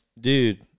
dude